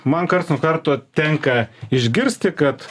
man karts nuo karto tenka išgirsti kad